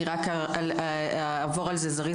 אני רק אעבור על זה זריז,